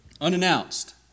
unannounced